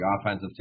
offensive